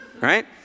right